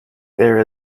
there